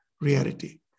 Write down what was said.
reality